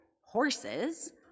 horses